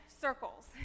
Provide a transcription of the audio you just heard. circles